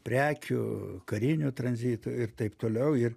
prekių karinio tranzito ir taip toliau ir